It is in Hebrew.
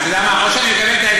זה לא רציני להתייחס,